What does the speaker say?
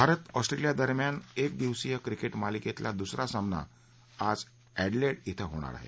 Bharat Australia दरम्यान एक दिवसीय क्रिकेट मालिकेतला दुसरा सामना आज अस्क्रीड क्रिं होणार आहे